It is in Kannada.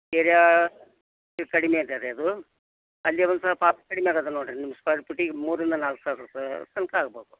ಏರ್ಯಾ ಕಡಿಮೆ ಅದ ರೀ ಅದು ಅಲ್ಲಿ ಒಂದು ಸ್ವಲ್ಪ ಕಡಿಮೆ ಆಗಾದ ನೋಡ್ರಿ ನಿಮ್ಗ ಸ್ಕ್ವಾರ್ ಪೀಟಿಗ್ ಮೂರರಿಂದ ನಾಲ್ಕು ಸಾವಿರ ರೂಪಾಯಿ ತನಕ ಆಗ್ಬೋದು